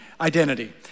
identity